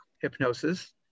Hypnosis